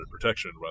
protection